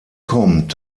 kommt